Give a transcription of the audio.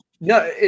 No